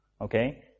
okay